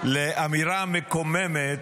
לאמירה מקוממת,